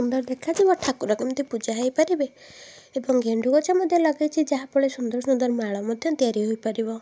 ସୁନ୍ଦର ଦେଖାଯିବ ଠାକୁର କେମିତି ପୂଜା ହେଇପାରିବେ ଏବଂ ଗେଣ୍ଡୁ଼ ଗଛ ମଧ୍ୟ ଲଗେଇଛି ଯାହାଫଳରେ ସୁନ୍ଦର ସୁନ୍ଦର ମାଳ ମଧ୍ୟ ତିଆରି ହୋଇପାରିବ